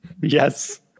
yes